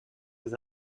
les